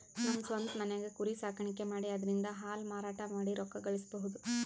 ನಮ್ ಸ್ವಂತ್ ಮನ್ಯಾಗೆ ಕುರಿ ಸಾಕಾಣಿಕೆ ಮಾಡಿ ಅದ್ರಿಂದಾ ಹಾಲ್ ಮಾರಾಟ ಮಾಡಿ ರೊಕ್ಕ ಗಳಸಬಹುದ್